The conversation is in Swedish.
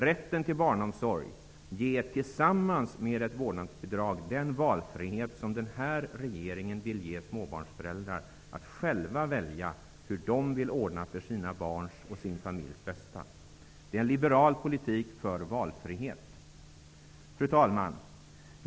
Rätten till barnomsorg ger tillsammans med ett vårdnadsbidrag den valfrihet som den här regeringen vill ge småbarnsföräldrar att själva välja hur de vill ordna för sina barns och sin familjs bästa. Det är en liberal politik för valfrihet. Fru talman!